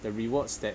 the rewards that